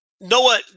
Noah